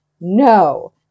No